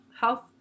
health